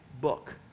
book